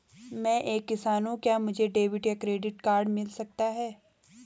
मैं एक किसान हूँ क्या मुझे डेबिट या क्रेडिट कार्ड मिल सकता है?